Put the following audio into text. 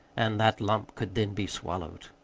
and that lump could then be swallowed.